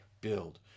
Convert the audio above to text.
build